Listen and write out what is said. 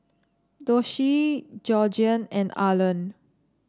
Doshie Georgiann and Arland